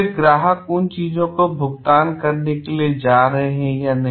फिर ग्राहक उन चीजों के लिए भुगतान करने जा रहे हैं या नहीं